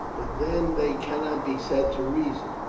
but then they cannot be said to reason.